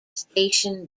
station